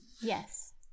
yes